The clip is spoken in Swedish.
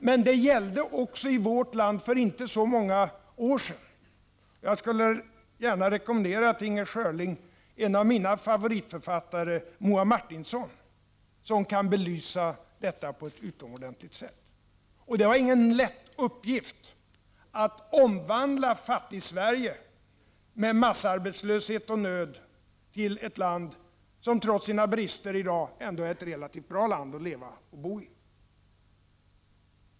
Men det gällde också vårt land för inte så många år sedan. Jag skulle vilja rekommendera Inger Schörling att läsa en av mina favoritförfattare, Moa Martinsson, som belyser detta på ett utomordentligt sätt. Det var ingen lätt uppgift att omvandla Fat tigsverige med massarbetslöshet och nöd till ett land som, trots sina brister, i dag ändå är ett bra land att leva och bo i.